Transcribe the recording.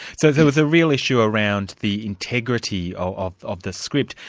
so there was a really issue around the integrity of of the script,